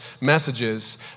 messages